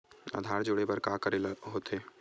आधार जोड़े बर का करे ला होथे?